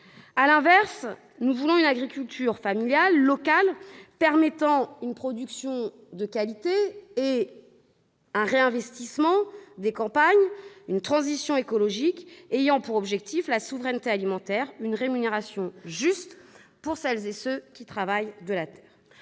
À l'inverse, nous voulons une agriculture familiale, locale, permettant une production de qualité, un « réinvestissement » des campagnes et une transition écologique et ayant pour objectifs la souveraineté alimentaire et une rémunération juste pour celles et ceux qui travaillent la terre.